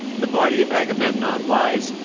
the body of agamemnon lies,